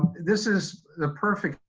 this is the perfect